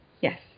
Yes